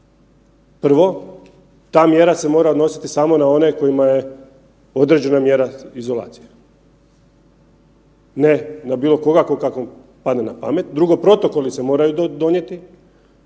Prvo, ta mjera se mora odnositi samo na one kojima je određena mjera izolacije ne na bilo koga kom kako padne na pamet. Drugo, protokoli se moraju donijeti